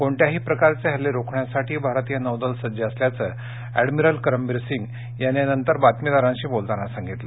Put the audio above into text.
कोणत्याही प्रकारचे हल्ले रोखण्यासाठी भारतीय नौदल सज्ज असल्याचं अॅडमिरल करंबीर सिंग यांनी नंतर बातमीदारांसोबत बोलताना व्यक्त केले